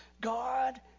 God